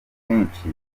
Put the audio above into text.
kenshi